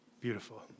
Beautiful